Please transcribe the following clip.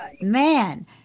Man